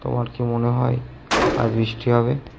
তোমার কি মনে হয় আজ বৃষ্টি হবে